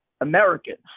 Americans